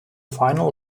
final